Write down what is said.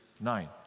nine